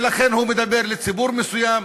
ולכן הוא מדבר לציבור מסוים.